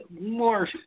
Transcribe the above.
more